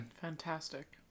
Fantastic